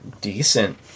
decent